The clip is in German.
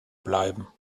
bleiben